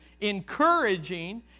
encouraging